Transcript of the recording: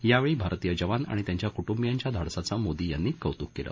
यावेळी भारतीय जवान आणि त्यांच्या कुटुंबियाच्या धाडसाचं मोदी यांनी कौतुक केलं